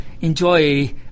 Enjoy